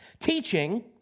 teaching